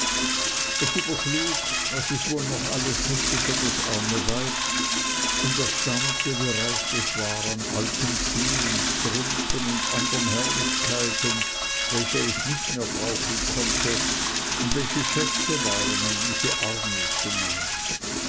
es überschlug was es wohl noch alles hätte für das arme weib und erstaunte wie reich es war an alten schuhen strümpfen und andern herrlichkeiten welche es nicht mehr brauchen konnte und welche schätze waren in diese armut hinein